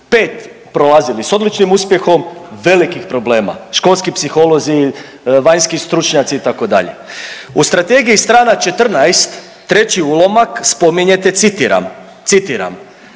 5 prolazili s odličnim uspjehom, velikih problema, školski psiholozi, vanjski stručnjaci itd. U strategiji strana 14, treći ulomak spominjete citiram, citiram.